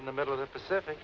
in the middle of the pacific